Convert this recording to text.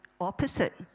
opposite